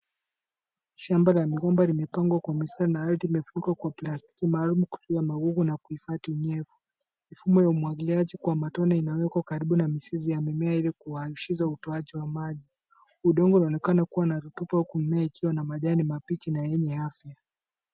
Shamba la migomba nimepangwa kwa mistari limefunikwa na plastiki maalumu kuzuia magugu na kuhifadhi unyevu . Mifumo ya umwagiliaji kwa matoni inawekwa karibu na mizizi ya mimea ili kurahisisha utoaji wa maji. Udongo unaonekana kuwa na virutuba huku mimea ikiwa mabichi na yenye afya.